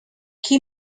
qui